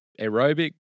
aerobic